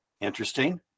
Interesting